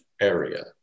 area